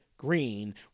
Green